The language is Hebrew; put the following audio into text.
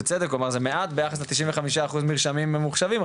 בצדק הוא אמר זה מעט ביחס ל-95 אחוז מרשמים ממוחשבים,